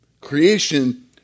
Creation